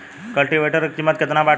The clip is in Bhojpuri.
कल्टी वेटर क कीमत केतना बाटे बाजार में?